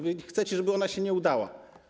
Wy chcecie, żeby ona się nie udała.